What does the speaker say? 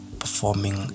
performing